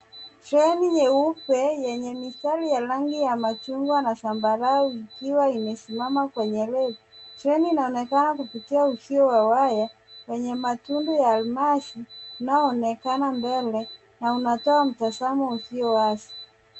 Treni nyeupe yenye mistari ya rangi ya machungwa na zambarau, ikiwa imesimama kwenye reli. Treni inaonekana kupitia uzio wa waya wenye matundu ya almasi unaoonekana mbele na unatoa mtazamo ulio wazi.